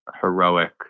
heroic